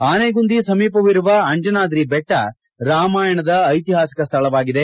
ಆನೆಗುಂದಿ ಸಮೀಪವಿರುವ ಅಂಜನಾದ್ರಿ ಬೆಟ್ಟ ರಾಮಾಯಣದ ಐಪಿಹಾಸಿಕ ಸ್ಥಳವಾಗಿದೆ